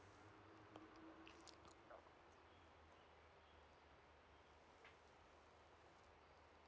eh